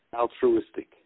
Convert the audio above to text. altruistic